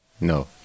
No